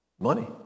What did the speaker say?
Money